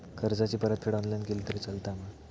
कर्जाची परतफेड ऑनलाइन केली तरी चलता मा?